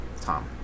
Tom